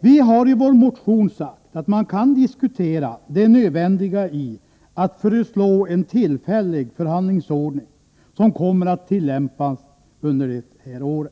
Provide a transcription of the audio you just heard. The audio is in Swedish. Vi har i vår motion sagt att man kan diskutera det nödvändiga i att föreslå en tillfällig förhandlingsordning som kommer att tillämpas under det här året.